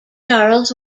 charles